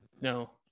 No